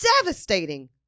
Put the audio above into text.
devastating